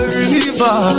river